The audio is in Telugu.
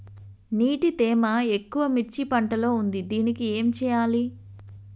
నీటి తేమ ఎక్కువ మిర్చి పంట లో ఉంది దీనికి ఏం చేయాలి?